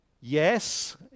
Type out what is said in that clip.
Yes